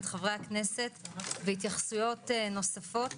את חברי הכנסת והתייחסויות נוספות